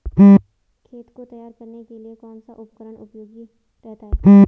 खेत को तैयार करने के लिए कौन सा उपकरण उपयोगी रहता है?